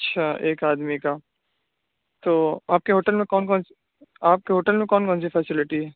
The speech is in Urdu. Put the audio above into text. اچھا ایک آدمی کا تو آپ کے ہوٹل میں کون کون آپ کے ہوٹل میں کون کون سی فیسلٹی ہے